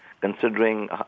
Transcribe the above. considering